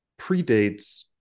predates